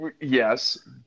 Yes